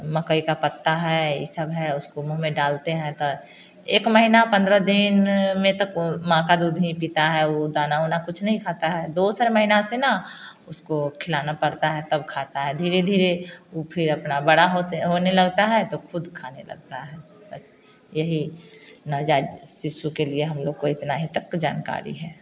मकई का पत्ता है ये सब है उसको मुँह में डालते हैं तब एक महीना पंद्रह दिन में तो माँ का दूध का ही पीता है दाना वाना कुछ नहीं खाता है दूसर महीना से ना उसको खिलाना पड़ता है तब खाता है धीरे धीरे वो फिर अपना बड़ा होने लगता है तो खुद खाने लगता है ऐसे ही यही नवजात शिशु के लिए इतना ही तक हमको जानकारी है